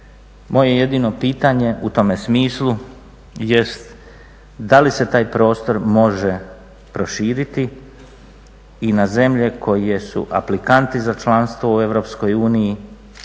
moje jedino pitanje u tome smislu jest, da li se taj prostor može proširiti i na zemlje koje su aplikanti za članstvo u EU,